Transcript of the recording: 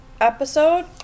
episode